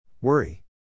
Worry